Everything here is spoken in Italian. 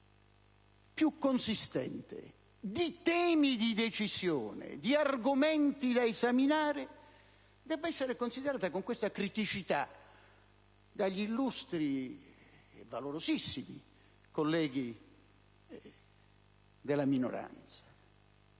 più consistente di temi di decisione, di argomenti da esaminare, debbano essere considerati con questa criticità dagli illustri e valorosissimi colleghi della minoranza.